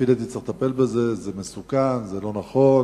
זה מסוכן, זה לא נכון.